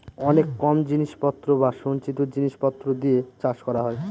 অনেক কম জিনিস পত্র বা সঞ্চিত জিনিস পত্র দিয়ে চাষ করা হয়